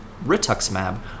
rituximab